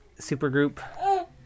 supergroup